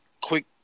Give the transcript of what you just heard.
Quick